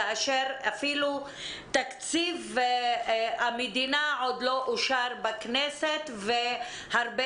כאשר אפילו תקציב המדינה עוד לא אושר בכנסת והרבה